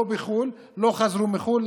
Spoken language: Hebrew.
לא בחו"ל, לא חזרו מחו"ל.